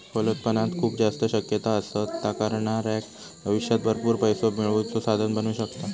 फलोत्पादनात खूप जास्त शक्यता असत, ता करणाऱ्याक भविष्यात भरपूर पैसो मिळवुचा साधन बनू शकता